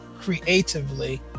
creatively